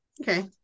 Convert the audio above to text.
Okay